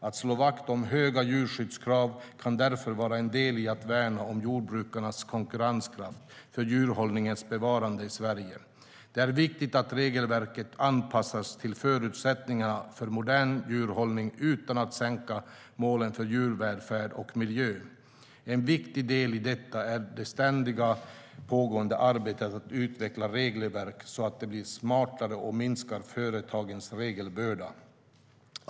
Att slå vakt om höga djurskyddskrav kan därför vara en del i att värna om jordbrukarnas konkurrenskraft för djurhållningens bevarande i Sverige. Det är viktigt att regelverket anpassas till förutsättningarna för modern djurhållning utan att man sänker målen för djurvälfärd och miljö. En viktig del i detta är det ständigt pågående arbetet att utveckla regelverken så att de blir smartare och minskar företagens regelbörda.